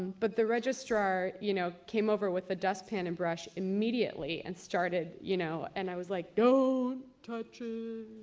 but, the registrar, you know, came over with a dust pan and brush immediately and started, you know, and i was like, don't touch!